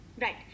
Right